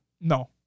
No